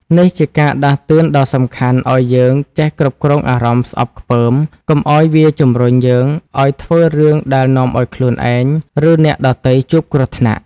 នេះជាការដាស់តឿនដ៏សំខាន់ឲ្យយើងចេះគ្រប់គ្រងអារម្មណ៍ស្អប់ខ្ពើម កុំឲ្យវាជំរុញយើងឲ្យធ្វើរឿងដែលនាំឲ្យខ្លួនឯង ឬអ្នកដទៃជួបគ្រោះថ្នាក់។